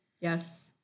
Yes